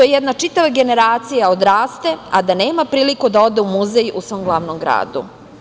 Jedna čitava generacija odrasta, a nema priliku da ode u muzej u svom glavnom gradu.